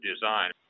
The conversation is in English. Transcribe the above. design